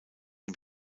dem